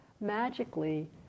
magically